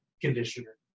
Conditioner